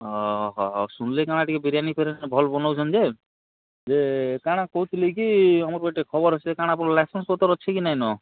ଓହୋ ଶୁଣିଲି କାଣା ଟିକେ ବିରିୟାନୀ ଫିରିୟାନୀ ଭଲ ବନାଉଛନ୍ତି ଯେ କାଣା କହୁଥିଲି କି ଆମର ଗୋଟେ ଖବର ଅଛି ଯେ କାଣା ଆପଣ ଲାଇସେନ୍ସ ପତର ଅଛି କି ନାଇଁନ